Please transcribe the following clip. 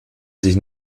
sich